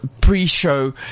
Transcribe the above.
pre-show